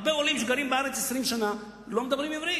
הרבה עולים שגרים בארץ 20 שנה לא מדברים עברית,